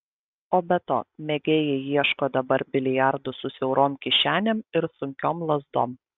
o be to mėgėjai ieško dabar biliardų su siaurom kišenėm ir sunkiom lazdom